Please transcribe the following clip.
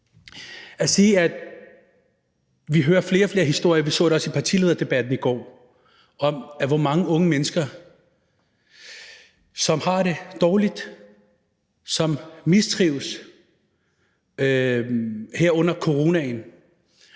at sige, at vi hører flere og flere historier om – vi så det også i partilederdebatten i går – hvor mange unge mennesker som har det dårligt, som mistrives her under coronaen,